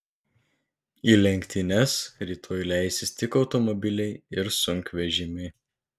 į lenktynes rytoj leisis tik automobiliai ir sunkvežimiai